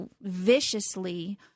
viciously